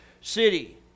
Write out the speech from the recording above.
city